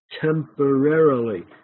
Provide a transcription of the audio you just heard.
temporarily